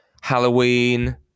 Halloween